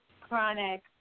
chronic